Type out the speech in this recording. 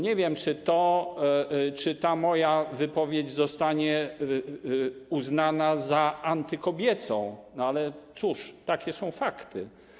Nie wiem, czy ta moja wypowiedź zostanie uznana za antykobiecą, ale cóż, takie są fakty.